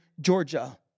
Georgia